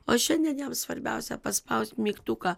o šiandien jam svarbiausia paspaust mygtuką